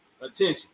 attention